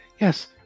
Yes